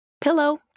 Pillow